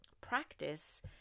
practice